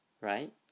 right